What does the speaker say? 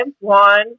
one